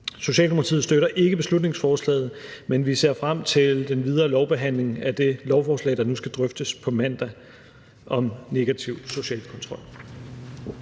Socialdemokratiet støtter ikke beslutningsforslaget, men vi ser frem til den videre lovbehandling af det lovforslag, der nu skal drøftes på mandag, om negativ social kontrol.